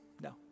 No